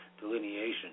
delineation